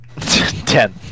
Ten